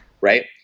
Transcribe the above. right